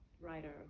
writer